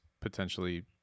potentially